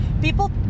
people